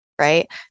right